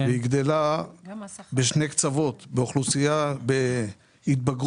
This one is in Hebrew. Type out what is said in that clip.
והיא גדלה בעיקר בשני קצוות: באוכלוסיית המבוגרים,